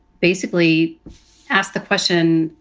basically ask the question,